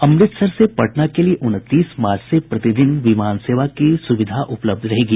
अमृतसर से पटना के लिए उनतीस मार्च से प्रतिदिन विमान सेवा की सुविधा उपलब्ध रहेगी